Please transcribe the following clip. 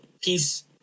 peace